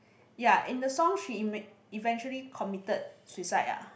ya in the song she event~ eventually committed suicide ah